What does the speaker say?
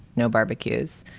no barbecues.